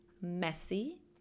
messy